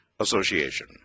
association